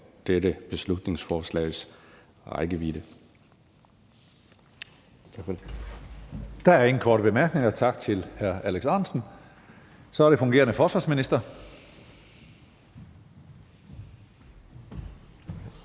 dette beslutningsforslags rækkevidde.